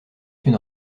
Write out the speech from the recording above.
une